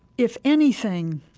if anything,